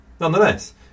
Nonetheless